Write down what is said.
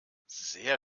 sehr